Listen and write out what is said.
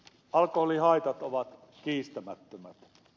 alkoholihaitat ovat kiistämättömät